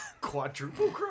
Quadruple